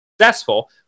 successful